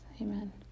Amen